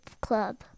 club